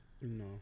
no